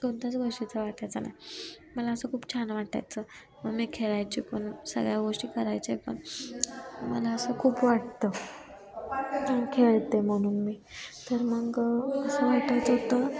कोणत्याच गोष्टीचा वाटायचं नाही मला असं खूप छान वाटायचं मग मी खेळायची पण सगळ्या गोष्टी करायचे पण मला असं खूप वाटतं खेळते म्हणून मी तर मग असं वाटत होतं